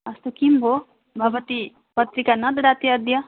अस्तु किं भोः भवती पत्रिका न ददाति अद्य